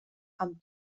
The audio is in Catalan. amb